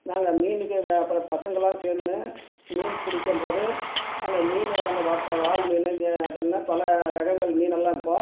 நாங்கள் மீனுக்கு அப்புறம் பசங்களெலாம் சேர்ந்துனு மீன் பிடிக்கம் போது அந்த மீன் அந்த வா வால் மீன் கே அதெல்லாம் பல ரகங்கள் மீனெல்லாம் இருக்கும்